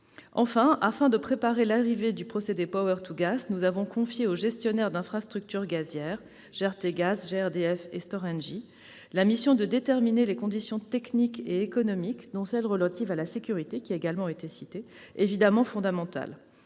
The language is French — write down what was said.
plus, afin de préparer l'arrivée du procédé «», nous avons confié aux gestionnaires d'infrastructures gazières- GRTGaz, GRDF et Storengy -la mission de déterminer les conditions techniques et économiques, dont celles qui sont relatives à la sécurité, évidemment fondamentales.